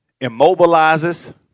immobilizes